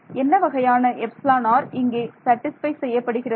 என்ன வகையான εr இங்கே சேட்டிஸ்ஃபை செய்யப்படுகிறது